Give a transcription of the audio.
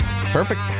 Perfect